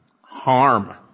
Harm